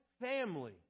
family